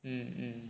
mm mm